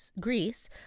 Greece